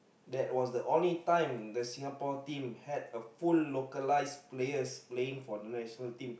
that was the only time the Singapore team had a full localised players playing for the national team